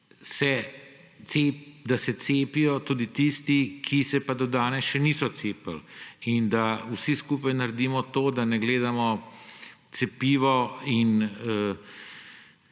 da se cepijo tudi tisti, ki se pa do danes še niso cepili, in da vsi skupaj naredimo to, da ne gledamo cepivo in